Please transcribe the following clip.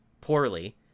poorly